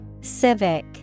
Civic